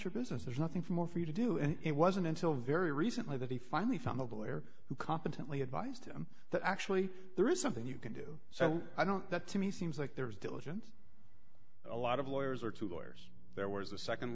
your business there's nothing for more for you to do and it wasn't until very recently that he finally found the air who competently advised him that actually there is something you can do so i don't that to me seems like there's diligence a lot of lawyers or two lawyers there was